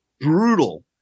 brutal